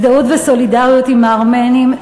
הזדהות וסולידריות עם הארמנים,